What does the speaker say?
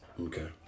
Okay